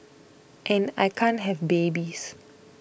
and I can't have babies